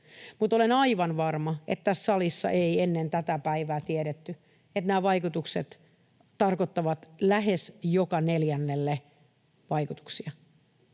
olen aivan varma, että tässä salissa ei ennen tätä päivää tiedetty, että nämä vaikutukset tarkoittavat lähes joka neljännelle vaikutuksia.